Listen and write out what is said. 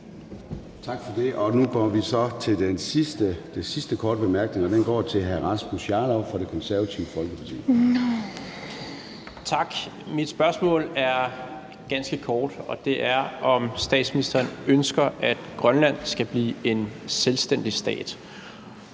Tak for det. Nu går vi så til den sidste korte bemærkning. Den går til hr. Rasmus Jarlov fra Det Konservative Folkeparti. Kl. 01:14 Rasmus Jarlov (KF): Tak. Mit spørgsmål er ganske kort. Ønsker statsministeren, at Grønland skal blive en selvstændig stat?